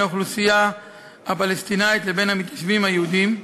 האוכלוסייה הפלסטינית לבין המתיישבים היהודים.